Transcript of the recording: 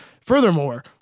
Furthermore